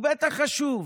הוא בטח חשוב.